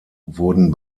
wurden